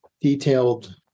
detailed